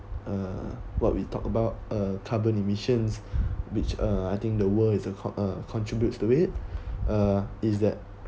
uh what we talked about uh carbon emissions which uh I think the world is a uh contributes to it uh is that